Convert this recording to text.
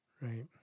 Right